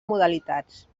modalitats